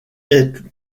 est